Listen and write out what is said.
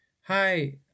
hi